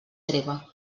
treva